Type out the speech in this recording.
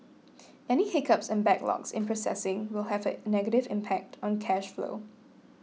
any hiccups and backlogs in processing will have a negative impact on cash flow